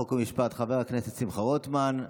חוק ומשפט שמחה רוטמן.